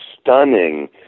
stunning